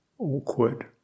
awkward